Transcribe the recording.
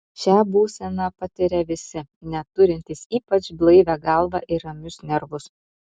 šią būseną patiria visi net turintys ypač blaivią galvą ir ramius nervus